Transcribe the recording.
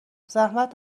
زحمت